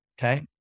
okay